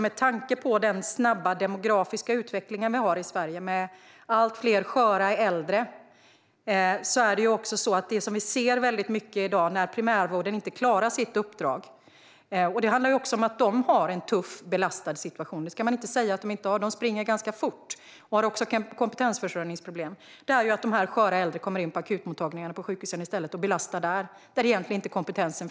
Vi har en snabb demografisk utveckling i Sverige med allt fler sköra äldre, och vi ser att primärvården inte klarar sitt uppdrag. Det handlar också om att personalen där har en tuff belastad situation. Man kan inte säga annat än att det är så. De springer ganska fort och har också kompetensförsörjningsproblem. Men de sköra äldre kommer in på akutmottagningarna på sjukhusen i stället och belastar dem, och där finns egentligen inte kompetensen.